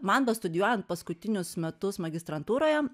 man bestudijuojant paskutinius metus magistrantūroje